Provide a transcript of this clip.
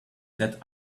that